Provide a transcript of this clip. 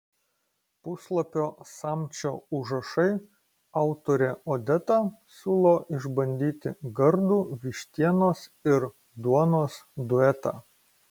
puslapio samčio užrašai autorė odeta siūlo išbandyti gardų vištienos ir duonos duetą